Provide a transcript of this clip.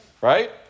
right